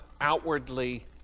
outwardly